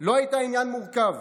לא הייתה עניין מורכב.